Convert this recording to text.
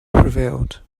prevailed